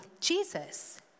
Jesus